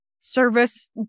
Service